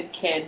kid